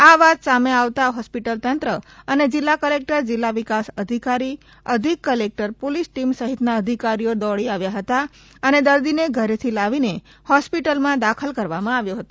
આ વાત સામે આવતા હોસ્પિટલ તંત્ર અને જીલ્લા કલેકટર જીલ્લા વિકાસ અધિકારી અધિક કલેકટર પોલીસ ટીમ સહિતના અધિકારીઓ દોડી આવ્યા હતા અને તે દર્દીને ઘરેથી લાવી ને હોસ્પિટલમાં દાખલ કરવામાં આવ્યો હતો